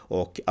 och